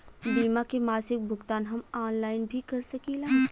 बीमा के मासिक भुगतान हम ऑनलाइन भी कर सकीला?